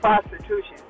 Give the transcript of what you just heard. prostitution